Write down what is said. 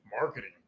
marketing